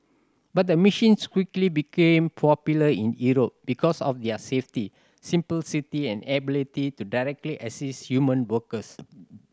but the machines quickly became popular in Europe because of their safety simplicity and ability to directly assist human workers